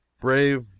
Brave